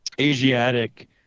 Asiatic